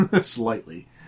slightly